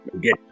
Get